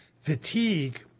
fatigue